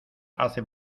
hace